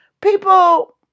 people